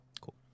Cool